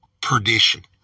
perdition